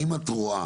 האם את רואה